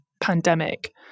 pandemic